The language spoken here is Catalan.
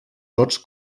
tots